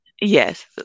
Yes